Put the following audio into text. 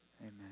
Amen